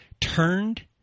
turned